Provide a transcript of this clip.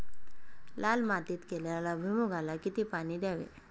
लाल मातीत केलेल्या भुईमूगाला किती पाणी द्यावे?